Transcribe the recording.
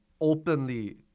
openly